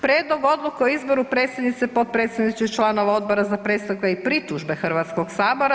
Prijedlog odluke o izboru predsjednice, potpredsjednice i članova Odbora za predstavke i pritužbe Hrvatskog sabora.